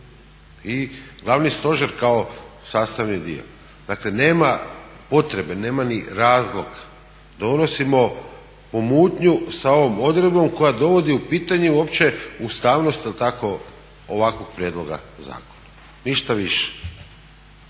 i Glavni stožer kao sastavni dio. Dakle nema potrebe, nema ni razlog da unosimo pomutnju sa ovom odredbom koja dovodi u pitanje uopće ustavnost je li tako ovakvog prijedloga zakona. Ništa više.